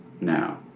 now